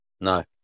No